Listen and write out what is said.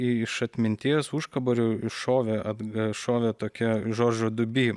iš atminties užkaborių iššovė at šovė tokia žoržo dubi